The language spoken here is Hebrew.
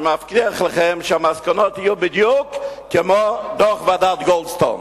אני מבטיח לכם שהמסקנות יהיו בדיוק כמו של דוח ועדת-גולדסטון.